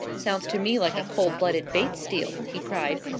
sounds to me like a cold-blooded bates steal, he cried.